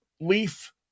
Leaf